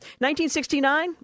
1969